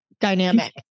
dynamic